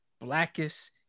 blackest